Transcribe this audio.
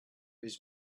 his